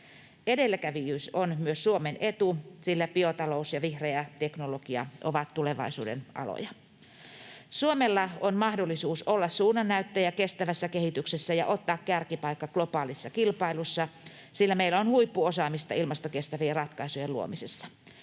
Edelläkävijyys on myös Suomen etu, sillä biotalous ja vihreä teknologia ovat tulevaisuuden aloja. Suomella on mahdollisuus olla suunnannäyttäjä kestävässä kehityksessä ja ottaa kärkipaikka globaalissa kilpailussa, sillä meillä on huippuosaamista ilmastokestävien ratkaisujen luomisessa.